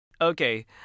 Okay